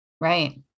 Right